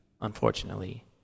unfortunately